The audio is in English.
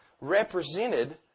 represented